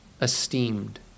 esteemed